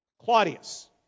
Claudius